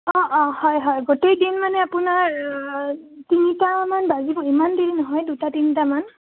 অঁ অঁ হয় হয় গোটেই দিন মানে আপোনাৰ তিনিটামান বাজিব ইমান দেৰি নহয় দুটা তিনিটামান